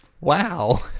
Wow